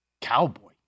cowboy